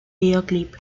videoclip